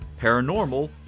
paranormal